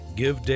give